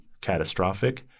catastrophic